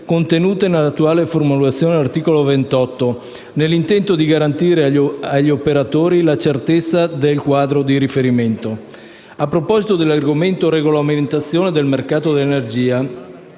contenute nell'attuale formulazione dell'articolo 28, nell'intento di garantire agli operatori la certezza del quadro di riferimento. A proposito dell'argomento «regolamentazione del mercato dell'energia»,